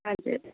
हजुर